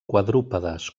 quadrúpedes